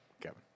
Kevin